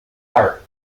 art